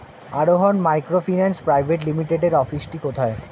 আরোহন microfinance private লিমিটেডের অফিসটি কোথায়?